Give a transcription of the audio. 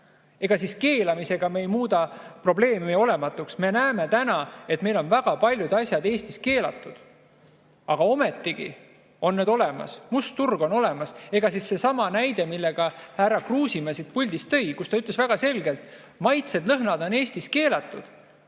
Ega keelamisega ei muuda probleemi olematuks. Me näeme täna, et meil on väga paljud asjad Eestis keelatud, aga ometigi on need olemas, must turg on olemas. Seesama näide, mille härra Kruusimäe siit puldist tõi, öeldes väga selgelt: maitsed, lõhnad on Eestis keelatud.